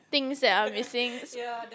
things that are missing